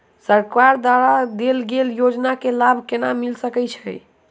सरकार द्वारा देल गेल योजना केँ लाभ केना मिल सकेंत अई?